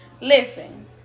Listen